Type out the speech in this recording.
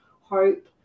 hope